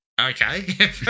Okay